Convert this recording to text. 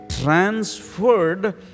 transferred